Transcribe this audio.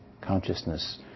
Consciousness